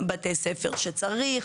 בתי ספר שצריך,